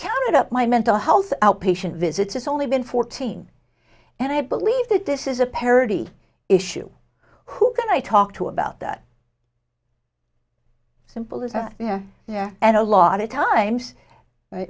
counted up my mental health outpatient visits it's only been fourteen and i believe that this is a parity issue who can i talk to about that simple as that yeah yeah and a lot of times